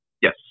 Yes